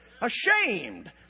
Ashamed